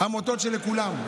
עמותות לכולם.